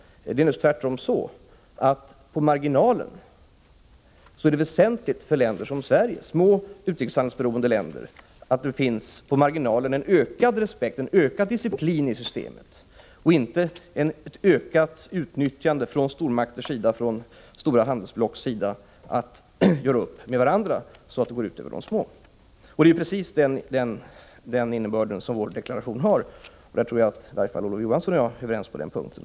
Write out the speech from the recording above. Det är naturligtvis tvärtom så, att det är väsentligt för små, utrikeshandelsberoende länder som Sverige att det på marginalen finns en ökad respekt, en ökad disciplin i systemet och inte ett ökat utnyttjande från stormakters eller stora handelsblocks sida av möjligheterna att göra upp med varandra så att det går ut över de små. Det är precis den innebörden vår deklaration har. Jag tror att i varje fall Olof Johansson och jag är överens på den punkten.